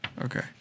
Okay